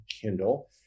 Kindle